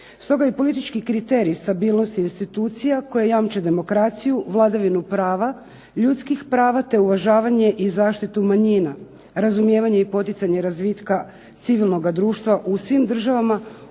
Stoga i politički kriteriji stabilnosti institucija koje jamče demokraciju, vladavinu prava, ljudski prava te uvažavanje i zaštitu manjina, razvijanje i poticanje razvitka civilnoga društva u svim državama,